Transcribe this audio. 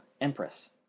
Empress